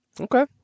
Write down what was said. Okay